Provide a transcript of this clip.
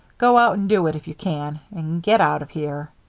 go out and do it if you can. and get out of here.